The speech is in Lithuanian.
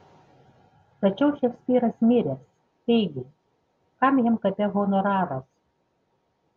tačiau šekspyras miręs taigi kam jam kape honoraras